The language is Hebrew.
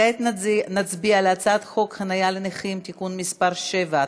כעת נצביע על הצעת חוק חניה לנכים (תיקון מס' 7),